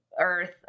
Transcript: earth